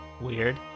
weird